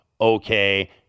okay